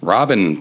Robin